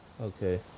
Okay